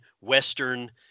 Western